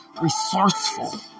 Resourceful